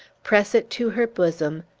press it to her bosom,